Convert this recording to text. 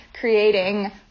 creating